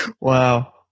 Wow